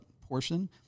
portion